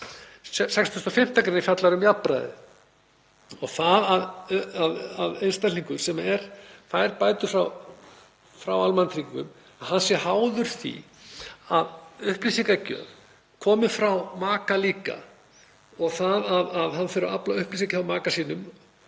65. gr. fjallar um jafnræði. Það að einstaklingur sem fær bætur frá almannatryggingum sé háður því að upplýsingagjöf komi frá maka líka og það að hann þurfi að afla upplýsinga hjá maka sínum